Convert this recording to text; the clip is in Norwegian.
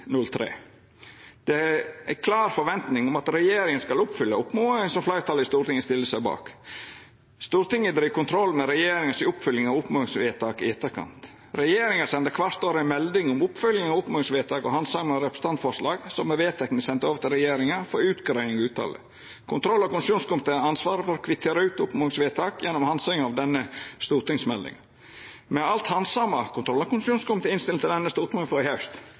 Det er ei klar forventing om at regjeringa skal oppfylla oppmodingane som fleirtalet i Stortinget stiller seg bak. Stortinget driv kontroll med regjeringa si oppfylging av oppmodingsvedtak i etterkant. Regjeringa sender kvart år ei melding om oppfylging av oppmodingsvedtak og handsaming av representantforslag som er vedteke sende over til regjeringa for utgreiing og uttale. Kontroll- og konstitusjonskomiteen har ansvar for å kvittere ut oppmodingsvedtak gjennom handsaming av denne stortingsmeldinga. Me har alt handsama kontroll- og konstitusjonskomiteen si innstilling til denne stortingsmeldinga frå i haust.